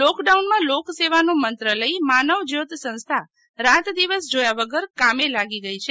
લોક down માં લોક સેવા નો મંત્ર લઈ માનવ જ્યોત સંસ્થા રાત દિવસ જોયા વગર કામે લાગી ગઈ છે